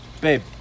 babe